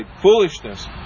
foolishness